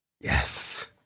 Yes